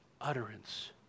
utterance